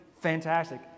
fantastic